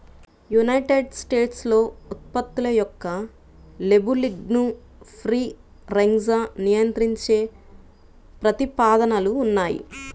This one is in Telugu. యునైటెడ్ స్టేట్స్లో ఉత్పత్తుల యొక్క లేబులింగ్ను ఫ్రీ రేంజ్గా నియంత్రించే ప్రతిపాదనలు ఉన్నాయి